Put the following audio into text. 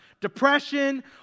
depression